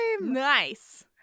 Nice